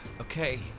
okay